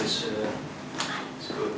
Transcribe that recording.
this so